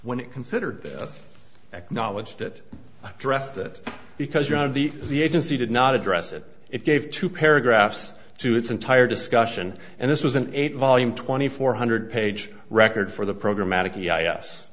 when it considered just acknowledged it dressed it because you're out of the the agency did not address it it gave two paragraphs to its entire discussion and this was an eight volume twenty four hundred page record for the program